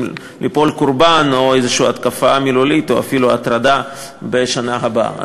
ליפול קורבן להתקפה מילולית או אפילו להטרדה בשנה הבאה.